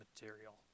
material